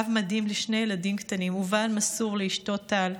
אב מדהים לשני ילדים קטנים ובעל מסור לאשתו טל,